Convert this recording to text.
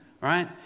right